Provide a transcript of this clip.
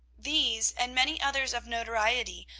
these, and many others of notoriety,